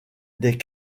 des